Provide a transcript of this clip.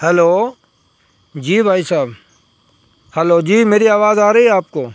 hello جی بھائی صاحب ہلو جی میری آواز آ رہی آپ کو